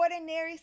ordinary